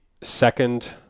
second